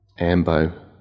ambo